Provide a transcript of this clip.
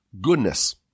goodness